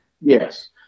Yes